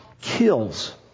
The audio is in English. kills